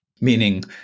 Meaning